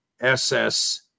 SS